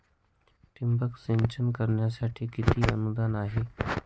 ठिबक सिंचन करण्यासाठी किती अनुदान आहे?